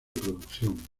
producción